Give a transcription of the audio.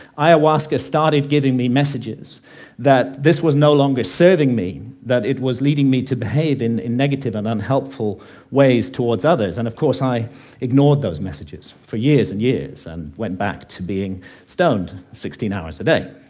ayahuasca started giving me messages that this was no longer serving me, that it was leading me to behave in in negative and unhealthful ways towards others. and of course, i ignored those messages for years and years and went back to being stoned sixteen hours a day.